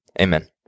Amen